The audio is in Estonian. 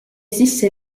sisse